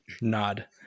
nod